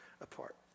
apart